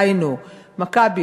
היינו "מכבי",